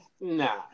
nah